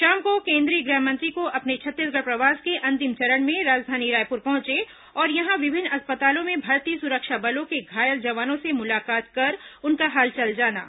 शाम को केंद्रीय गृहमंत्री को अपने छत्तीसगढ़ प्रवास के अंतिम चरण में राजधानी रायपुर पहुंचे और यहां विभिन्न अस्पतालों में भर्ती सुरक्षा बलों के घायल जवानों से मुलाकात कर उनका हालचाल जाना